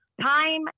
Time